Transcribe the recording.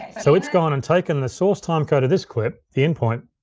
so it's gone and taken the source timecode of this clip, the in point,